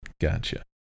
Gotcha